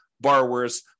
borrowers